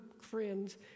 friends